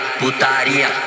putaria